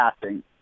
passing